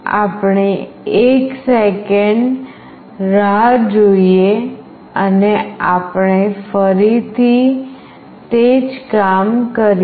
આપણે 1 સેકંડ રાહ જોઈએ અને આપણે ફરીથી તે જ કામ કરીએ